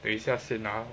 等一下先啊